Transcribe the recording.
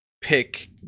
pick